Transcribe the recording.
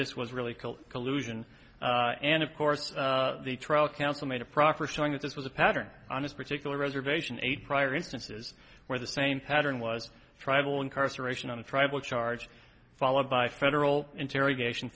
this was really still collusion and of course the trial counsel made a proper showing that this was a pattern on this particular reservation eight prior instances where the same pattern was tribal incarceration on a tribal charge followed by federal interrogation